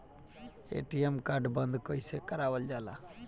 ATM card बन्द कईसे करावल जाला?